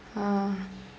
ah